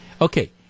okay